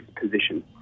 position